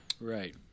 Right